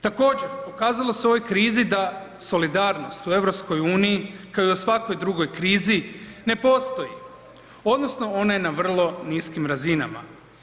Također, pokazalo se u ovoj krizi da solidarnost u EU kao i u svakoj drugoj krizi ne postoji odnosno ona je na vrlo niskim razinama.